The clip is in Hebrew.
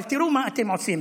אבל תראו מה אתם עושים,